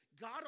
God